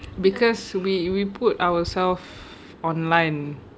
because we we put ourselves online